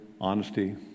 honesty